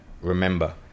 remember